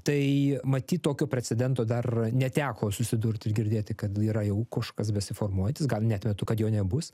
tai matyt tokio precedento dar neteko susidurti ir girdėti kad yra jau kuškas besiformuojantis gal neatmetu kad jo nebus